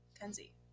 Kenzie